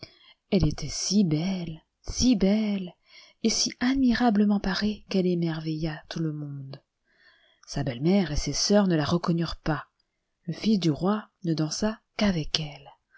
elle était si belle si belle et si admirablement parée qu'elle émerveillatout le monde sa belle-mère et ses sœurs ne la reconnurent pas le tils du roi ne dansa qu'avec elle